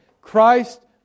Christ